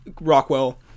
Rockwell